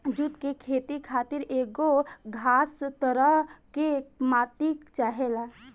जुट के खेती खातिर एगो खास तरह के माटी चाहेला